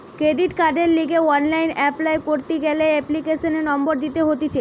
credit কার্ডের লিগে online apply করতি গ্যালে এপ্লিকেশনের নম্বর দিতে হতিছে